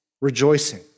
Rejoicing